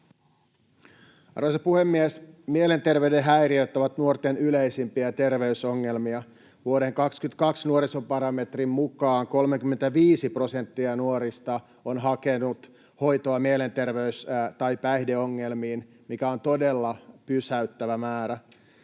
Arvoisa puhemies! Mielenterveyden häiriöt ovat nuorten yleisimpiä terveysongelmia. Vuoden 22 nuorisobarometrin mukaan 35 prosenttia nuorista on hakenut hoitoa mielenterveys- tai päihdeongelmiin, mikä on todella pysäyttävä määrä.